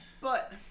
But-